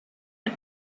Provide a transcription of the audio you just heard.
had